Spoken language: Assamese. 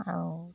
আৰু